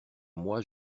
moi